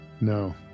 No